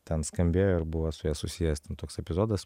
ten skambėjo ir buvo su ja susijęs toks epizodas